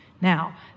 Now